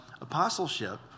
apostleship